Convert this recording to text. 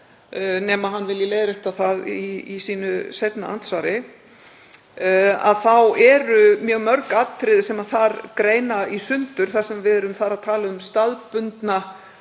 nema hann vilji leiðrétta það í sínu seinna andsvari — að það eru mjög mörg atriði sem greina í sundur þar sem við erum að tala um staðbundna